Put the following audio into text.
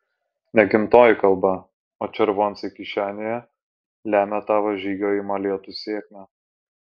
ne gimtoji kalba o červoncai kišenėje lemia tavo žygio į molėtus sėkmę